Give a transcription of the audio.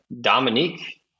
Dominique